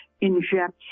inject